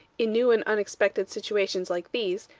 in new and unexpected situations like these,